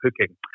cooking